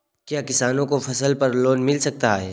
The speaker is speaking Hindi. क्या किसानों को फसल पर लोन मिल सकता है?